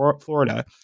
Florida